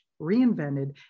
reinvented